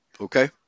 Okay